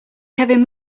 kevin